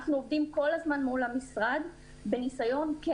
אנחנו עובדים כל הזמן מול המשרד בניסיון כן